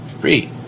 free